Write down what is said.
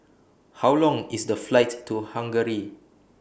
How Long IS The Flight to Hungary